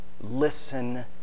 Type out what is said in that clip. Listen